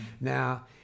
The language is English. Now